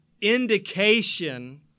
indication